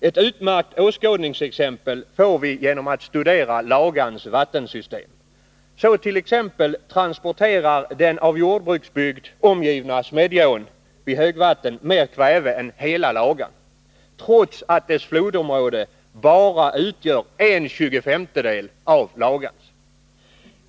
Ett utmärkt åskådningsexempel får vi genom att studera Lagans vattensystem. Så t.ex. transporterar den av jordbruksbygd omgivna Smedjeån vid högvatten mer kväve än hela Lagan, trots att dess flodområde bara utgör en tjugofemtedel av Lagans.